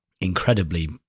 incredibly